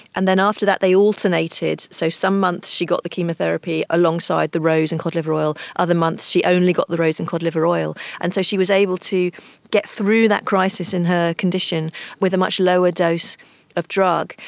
and then after that they alternated. so some months she got the chemotherapy alongside the rose and cod-liver oil, other months she only got the rose and cod-liver oil. and so she was able to get through that crisis in her condition with a much lower dose of drug.